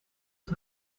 het